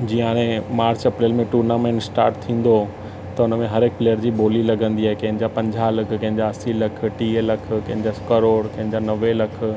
जीअं हाणे March April में टूर्नामेंट स्टार्ट थींदो त हुनमें हर एक प्लेयर जी ॿोली लॻंदी आहे कंहिंजा पंजाहु लख कंहिंजा असीं लख टीह लख कंहिंजा करोड़ कंहिंजा नवें लख